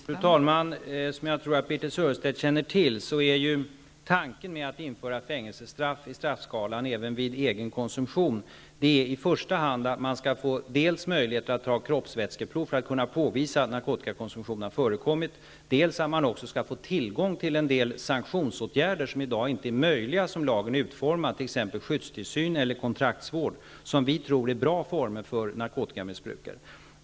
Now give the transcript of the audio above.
Fru talman! Som jag tror att Birthe Sörestedt känner till är tanken med att införa fängeslestraff i straffskalan även vid egen konsumtion i första hand att man skall få möjlighet att ta kroppsvätskeprov för att kunna påvisa att narkotikakonsumtion har förekommit. Avsikten är också att man skall få tillgång till en del sanktionsåtgärder som i dag inte är möjliga såsom lagen är utformad. Det gäller t.ex. skyddstillsyn eller kontraktsvård, som vi tror är bra former för narkotikamissbrukare.